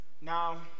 Now